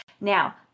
Now